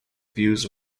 views